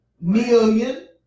Million